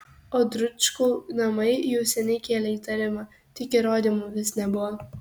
o dručkų namai jau seniai kėlė įtarimą tik įrodymų vis nebuvo